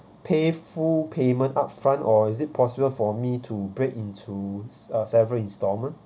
pay full payment upfront or is it possible for me to break into uh several installment